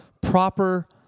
proper